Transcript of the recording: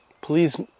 Please